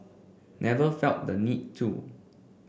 never felt the need to